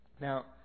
Now